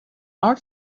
our